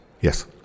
Yes